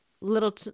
Little